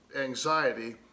anxiety